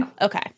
Okay